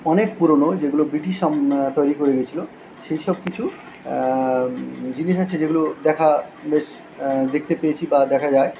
অনেক পুরোনো যেগুলো ব্রিটিশ আম তৈরি করে গেছিলো সেসব কিছু জিনিস আছে যেগুলো দেখা বেশ দেখতে পেয়েছি বা দেখা যায়